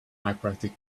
hyperactive